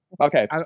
Okay